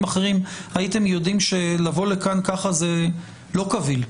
אחרים הייתם יודעים שלבוא לכאן ככה זה לא קביל.